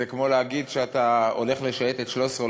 זה כמו להגיד שכשאתה הולך לשייטת 13 או